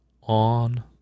on